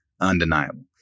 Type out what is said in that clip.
undeniable